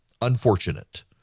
unfortunate